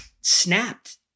snapped